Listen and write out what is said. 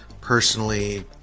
personally